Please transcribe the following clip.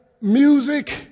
music